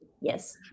Yes